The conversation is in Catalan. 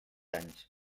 anys